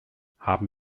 haben